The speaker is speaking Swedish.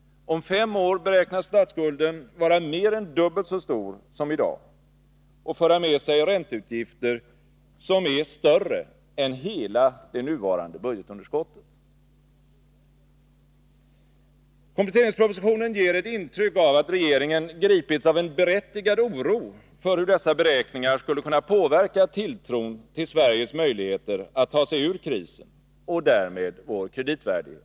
Om fem år beräknas statsskulden vara mer än dubbelt så stor som i dag och föra med sig ränteutgifter som är större än hela det nuvarande budgetunderskottet. Kompletteringspropositionen ger ett intryck av att regeringen gripits av en berättigad oro för hur dessa beräkningar skulle kunna påverka tilltron till Sveriges möjligheter att ta sig ur krisen och därmed vår kreditvärdighet.